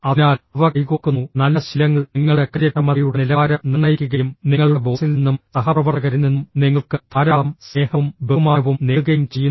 അതിനാൽ അവ കൈകോർക്കുന്നു നല്ല ശീലങ്ങൾ നിങ്ങളുടെ കാര്യക്ഷമതയുടെ നിലവാരം നിർണ്ണയിക്കുകയും നിങ്ങളുടെ ബോസിൽ നിന്നും സഹപ്രവർത്തകരിൽ നിന്നും നിങ്ങൾക്ക് ധാരാളം സ്നേഹവും ബഹുമാനവും നേടുകയും ചെയ്യുന്നു